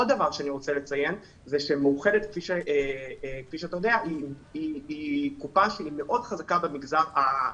כידוע לך, מאוחדת היא קופה מאוד חזקה במגזר הדתי.